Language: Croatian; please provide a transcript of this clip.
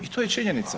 I to je činjenica.